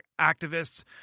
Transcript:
activists